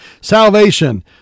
Salvation